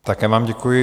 Také vám děkuji.